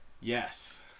Yes